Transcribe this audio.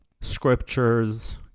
scriptures